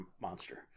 monster